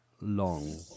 long